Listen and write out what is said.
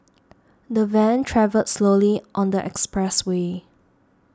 the van travelled slowly on the expressway